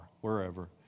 wherever